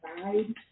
side